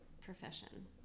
profession